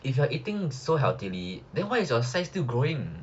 if you are eating so healthily then why is your size still growing